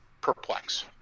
perplex